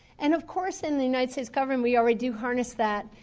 and of course in the united states government we already do harness that.